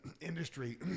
industry